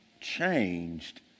changed